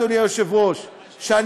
אדוני היושב-ראש,